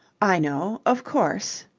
i know. of course.